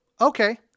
Okay